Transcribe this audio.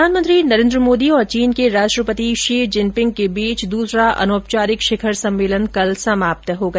प्रधानमंत्री नरेन्द्र मोदी और चीन के राष्ट्रपति शी जिनपिंग के बीच दूसरा अनौपचारिक शिखर सम्मेलन कल समाप्त हो गया